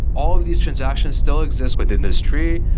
all these transactions still exist within this tree.